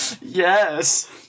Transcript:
yes